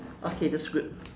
okay that's good